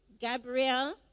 Gabrielle